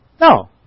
No